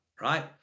right